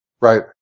Right